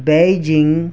Beijing